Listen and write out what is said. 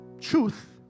truth